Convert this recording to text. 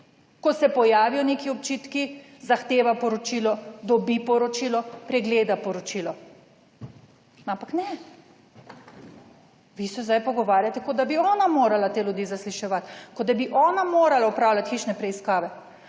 ko se pojavijo neki očitki, zahteva poročilo, dobi poročilo, pregleda poročilo, ampak ne, vi se zdaj pogovarjate, kot da bi ona morala te ljudi zasliševati, kot da bi ona morala opravljati hišne preiskave.